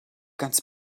ganz